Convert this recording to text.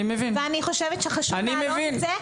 ואני חושבת שחשוב להעלות את זה,